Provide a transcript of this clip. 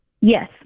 Yes